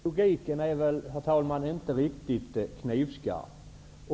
Herr talman! Den logiken är väl inte riktigt knivskarp.